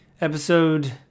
episode